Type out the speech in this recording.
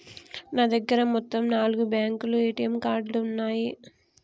నా దగ్గర మొత్తం నాలుగు బ్యేంకుల ఏటీఎం కార్డులున్నయ్యి